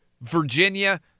Virginia